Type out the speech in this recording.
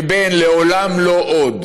שבין "לעולם לא עוד"